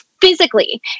physically